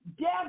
death